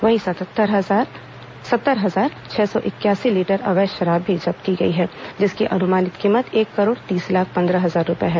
वहीं सत्तर हजार छह सौ इक्यासी लीटर अवैध शराब भी जब्त की गई है जिसकी अनुमानित कीमत एक करोड़ तीस लाख पंद्रह हजार रूपए हैं